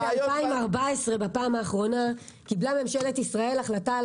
ב-2014 קיבלה ממשלת ישראל לאחרונה החלטה על